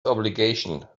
obligation